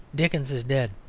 dickens is dead,